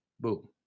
boom